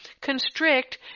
constrict